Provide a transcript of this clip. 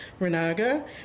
Renaga